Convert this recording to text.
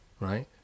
right